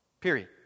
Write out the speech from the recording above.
Period